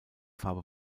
farbe